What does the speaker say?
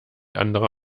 andere